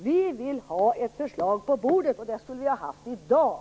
Vi vill ha ett förslag på bordet, och det skulle vi ha haft i dag!